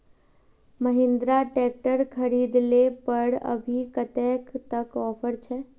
Mahindra tractor खरीद ले पर अभी कतेक तक ऑफर छे?